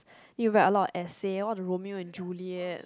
need to write a lot of essays all the Romeo and Juliet's